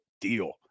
deal